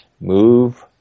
move